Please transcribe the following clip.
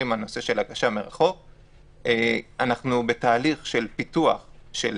הגשה מרחוק, אנחנו בתהליך של פיתוח של